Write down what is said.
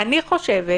אני חושבת